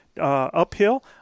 Uphill